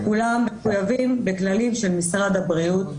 כולם חייבים בכללים של משרד הבריאות.